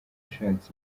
ashatse